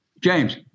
James